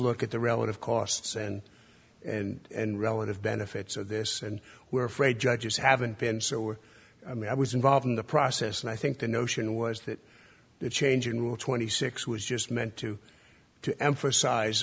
look at the relative costs and and and relative benefits of this and we're afraid judges haven't been so we're i mean i was involved in the process and i think the notion was that the change in rule twenty six was just meant to to emphasize